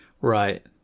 Right